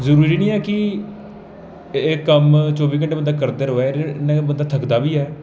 जरूरी निं ऐ की एह् कम्म चौह्बी घैंटे बंदा करदा र'वै नेईं तां बंदा थकदा बी ऐ